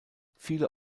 viele